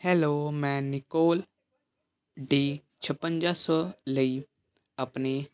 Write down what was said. hello ਮੈਂ Nikon D ਛਪੰਜਾ ਸੋ ਲਈ ਆਪਣੇ